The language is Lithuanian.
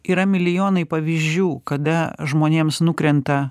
yra milijonai pavyzdžių kada žmonėms nukrenta